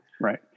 right